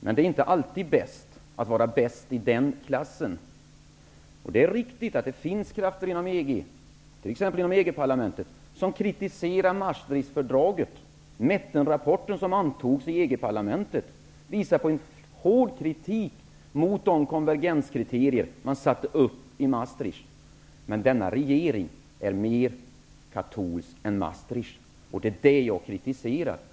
Men det är inte alltid bäst att vara bäst i den klassen. Det är riktigt att det finns krafter inom EG, t.ex. inom EG-parlamentet, som kritiserar Maastrichtfördraget. Mettenrapporten som antogs av EG-parlamentet innehåller en hård kritik mot de konvergenskriterier som sattes upp i Maastricht. Men denna regering är mer katolsk än Maastricht. Det kritiserar jag.